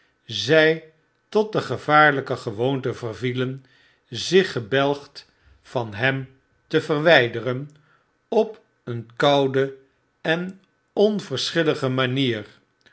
ztf tot de gevaarlyke gewoonte vervielen zich gebelgd van hem te verwyderen op een koude en onverschillige manier